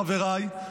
חבריי,